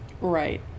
right